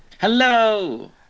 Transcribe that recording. Hello